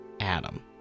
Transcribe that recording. Adam